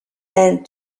and